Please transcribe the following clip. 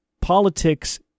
politics